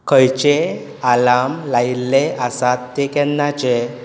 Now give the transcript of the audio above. खंयचेय आलार्म लायिल्ले आसात ते केन्नाचे